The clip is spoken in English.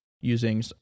using